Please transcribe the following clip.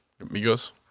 Amigos